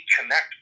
connect